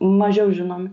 mažiau žinomi